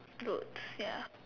good ya